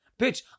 Bitch